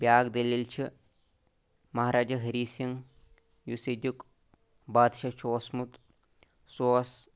بیاکھ دٔلیٖل چھِ مہاراجہ ۂری سِنگ یُس ییٚتیُک بادشاہ چھُ اوسمُت سُہ اوس